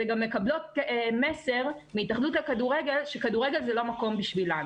אלא גם מקבלות מסר מהתאחדות הכדורגל שכדורגל זה לא מקום משבילן.